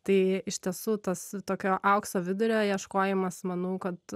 tai iš tiesų tas tokio aukso vidurio ieškojimas manau kad